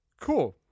Cool